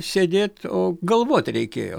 sėdėt o galvot reikėjo